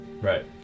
Right